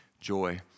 joy